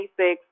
26